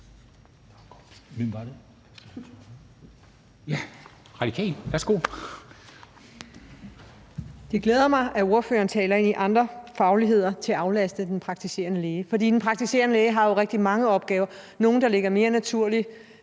Det glæder mig, at ordføreren taler om andre fagligheder til at aflaste den praktiserende læge, for de praktiserende læger har jo rigtig mange opgaver, hvoraf nogle ligger mere naturligt